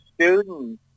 students